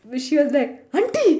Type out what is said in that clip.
she was like auntie